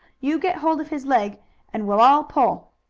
you get hold of his leg and we'll all pull.